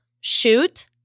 shoot